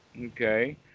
Okay